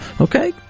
okay